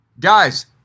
Guys